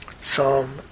Psalm